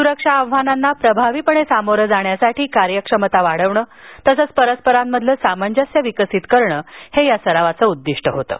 सुरक्षा आव्हानांना प्रभावीपणे सामोरे जाण्यासाठी आंतर कार्यक्षमता वाढविणं तसंच परस्परांतील सामंजस्य विकसित करणं हे या सरावाचं उद्दीष्ट होतं